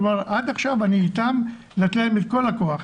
עד עכשיו אני איתם לתת להם את כל הכוח.